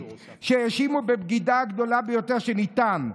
שהאשימו בבגידה הגדולה ביותר שניתן,